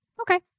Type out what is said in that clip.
Okay